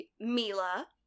Mila